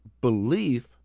belief